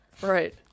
right